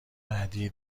بعدیای